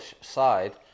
side